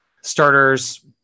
starters